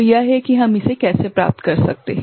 तो यह है कि हम इसे कैसे प्राप्त कर सकते हैं